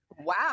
wow